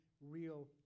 real